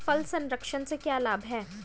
फल संरक्षण से क्या लाभ है?